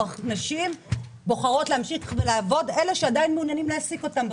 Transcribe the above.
נשים בוחרות להמשיך לעבוד אצל אלה שעדיין מעוניינים להעסיק אותן.